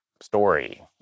story